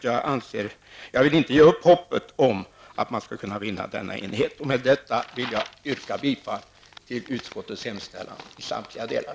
Jag vill inte ge upp hoppet om att man skall kunna vinna denna enighet. Med detta vill jag yrka bifall till utskottets hemställan i samtliga delar.